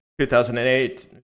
2008